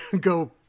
go